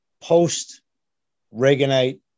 post-Reaganite